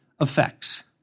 effects